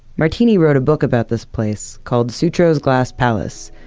martini wrote a book about this place called, sutro's glass palace.